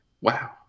Wow